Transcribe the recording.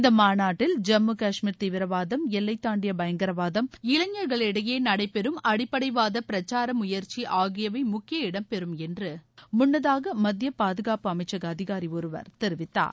இந்த மாநாட்டில் ஜம்மு காஷ்மீர் தீவிரவாதம் எல்லைதாண்டிய பயங்கரவாதம் இளைஞர்களிடையே நடைபெறும் அடிப்படைவாத பிரச்சார முயற்சி ஆகியவை முக்கிய இடம்பெறும் என்று முன்னதாக மத்திய பாதுகாப்பு அமைச்சக அதிகாரி ஒருவர் தெரிவித்தார்